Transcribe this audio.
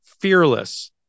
fearless